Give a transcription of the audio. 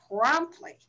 promptly